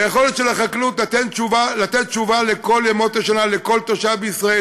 היכולת של החקלאות לתת תשובה בכל ימות השנה לכל תושב בישראל